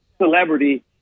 celebrity